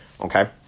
Okay